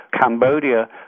Cambodia